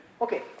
Okay